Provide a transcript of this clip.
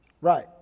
Right